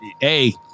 hey